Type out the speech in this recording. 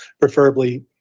preferably